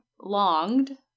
longed